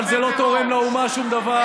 אבל זה לא תורם לאומה שום דבר.